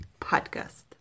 Podcast